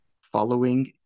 Following